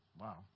wow